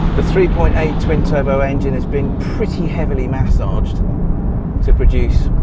the three point eight twin turbo engine has been pretty heavily massaged to produce,